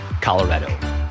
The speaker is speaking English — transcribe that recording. Colorado